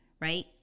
right